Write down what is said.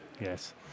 Yes